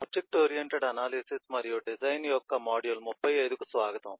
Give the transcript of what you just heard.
object oriented analysis మరియు design యొక్క module 35 కు స్వాగతం